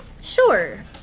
Sure